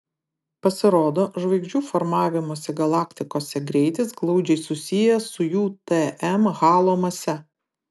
pasirodo žvaigždžių formavimosi galaktikose greitis glaudžiai susijęs su jų tm halo mase